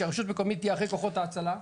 שהרשות המקומית תהיה אחרי כוחות ההצלה?